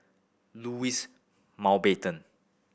Louis Mountbatten